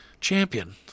Champion